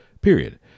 period